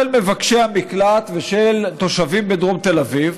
מבקשי המקלט ושל התושבים בדרום תל אביב,